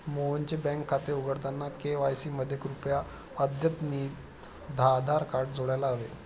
मोहनचे बँक खाते उघडताना के.वाय.सी मध्ये कृपया अद्यतनितआधार कार्ड जोडायला हवे